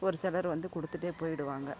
ஒரு சிலர் வந்து கொடுத்துட்டே போயிடுவாங்கள்